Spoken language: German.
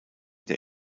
der